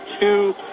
two